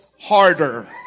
harder